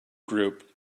group